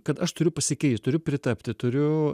kad aš turiu pasikeist turi pritapti turiu